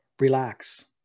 relax